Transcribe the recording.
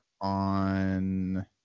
on –